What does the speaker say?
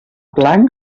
blanc